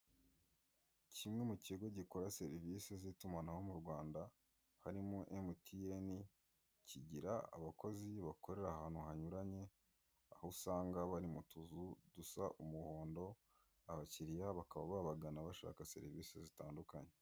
Kimwe mu kigo gikora serivisi z'itumanaho mu Rwanda harimo emutiyeni, kigira abakozi bakorera ahantu hanyuranye aho usanga bari mu tuzu dusa umuhondo abakiya bakaba babagana bashaka serivisi zitandukanye.